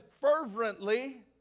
fervently